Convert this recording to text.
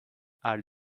are